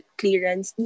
clearance